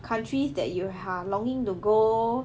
countries that you ha~ longing to go